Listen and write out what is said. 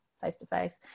face-to-face